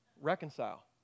Reconcile